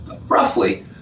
roughly